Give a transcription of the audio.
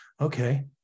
okay